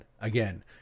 again